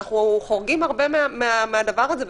אנחנו חורגים הרבה מהדבר הזה,